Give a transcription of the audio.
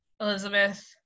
Elizabeth